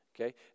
okay